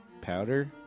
Powder